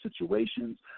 situations